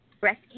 breast